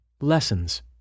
Lessons